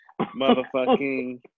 motherfucking